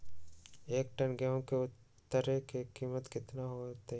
एक टन गेंहू के उतरे के कीमत कितना होतई?